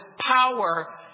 power